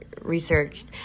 researched